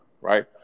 right